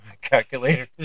calculator